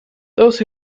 those